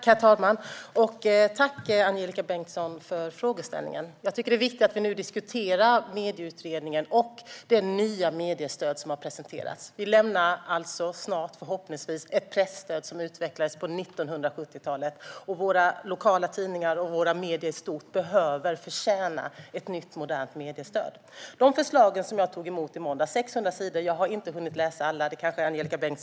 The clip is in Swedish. Herr talman! Jag tackar Angelika Bengtsson för frågan. Det är viktigt att vi nu diskuterar Medieutredningen och förslaget till ett nytt mediestöd som har presenterats. Vi lämnar förhoppningsvis snart ett presstöd som utvecklades på 1970-talet. Våra lokala tidningar och medier i stort behöver och förtjänar ett nytt och modernt mediestöd. Jag har inte hunnit läsa alla förslag som jag tog emot i måndags - 600 sidor. Angelika Bengtsson kanske har gjort det.